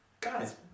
Guys